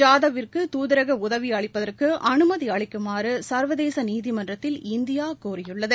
ஜாதவிற்கு தூதரக உதவி அளிப்பதற்கு அனுமதி அளிக்குமாறு சா்வதேச நீதிமன்றத்தில் இந்தியா கோரியுள்ளது